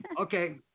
Okay